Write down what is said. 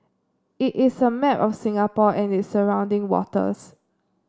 it is a map of Singapore and its surrounding waters